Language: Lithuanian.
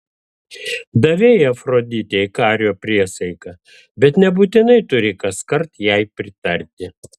davei afroditei kario priesaiką bet nebūtinai turi kaskart jai pritarti